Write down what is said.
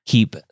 Keep